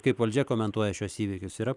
kaip valdžia komentuoja šiuos įvykius yra